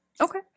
okay